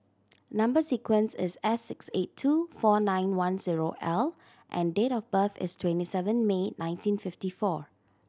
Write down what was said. number sequence is S six eight two four nine one zero L and date of birth is twenty seven May nineteen fifty four